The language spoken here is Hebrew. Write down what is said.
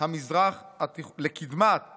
לקדמת